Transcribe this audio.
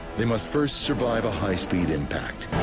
they must first survive a high speed impact.